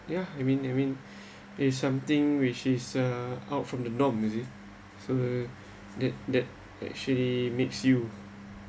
ya you mean you mean is something which is uh out from the norm you see so that that actually makes you